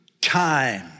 time